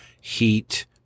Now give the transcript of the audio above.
heat